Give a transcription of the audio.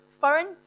foreign